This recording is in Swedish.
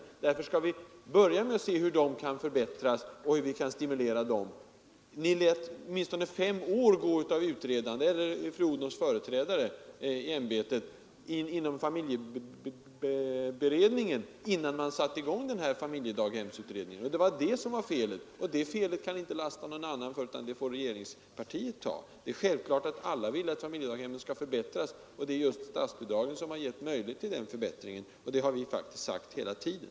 Ni skulle därför ha börjat studera hur de kan förbättras och hur familjedaghemsverksamheten kan stimuleras. Fru Odhnoffs företrädare i ämbetet lät åtminstone fem år förflyta under utredande inom familjeberedningen, innan familjedaghemsutredningen började sitt arbete. Det var det som var felet, och det kan inte lastas över på någon annan, utan det får regeringspartiet ta på sig. Det är självklart att alla vill att familjedaghemmen skall förbättras, och det är just 48 statsbidragen som har givit möjlighet till en sådan förbättring. Det har vi också sagt hela tiden.